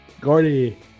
Gordy